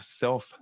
self